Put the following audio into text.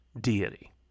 deity